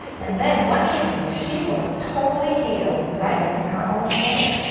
and then one evening she was totally healed right in her own home.